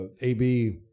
AB